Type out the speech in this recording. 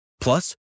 Plus